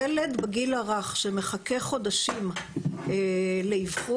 ילד בגיל הרך שמחכה חודשים לאבחון